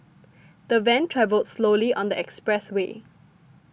the van travelled slowly on the expressway